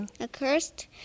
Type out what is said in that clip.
accursed